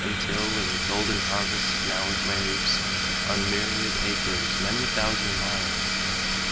until in golden harvests now it waves on myriad acres, many thousand miles